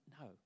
no